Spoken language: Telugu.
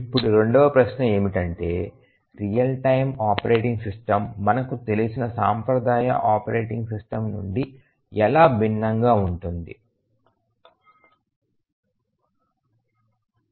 ఇప్పుడు రెండవ ప్రశ్న ఏమిటంటే రియల్ టైమ్ ఆపరేటింగ్ సిస్టమ్ మనకు తెలిసిన సాంప్రదాయ ఆపరేటింగ్ సిస్టమ్ నుండి ఎలా భిన్నంగా ఉంటుంది